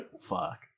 Fuck